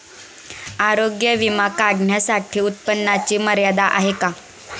आरोग्य विमा काढण्यासाठी उत्पन्नाची मर्यादा आहे का?